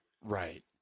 Right